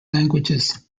languages